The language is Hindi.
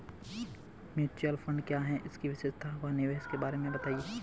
म्यूचुअल फंड क्या है इसकी विशेषता व निवेश के बारे में बताइये?